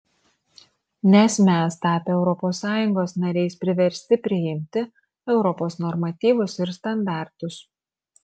nes mes tapę europos sąjungos nariais priversti priimti europos normatyvus ir standartus